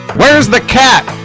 where's the cat?